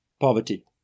poverty